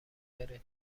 غیر